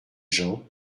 jean